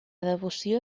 devoció